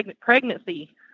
pregnancy